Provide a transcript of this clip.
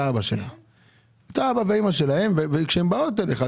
אתה אבא ואמא שלהם והם באים אליך.